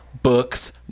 Books